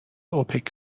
اوپک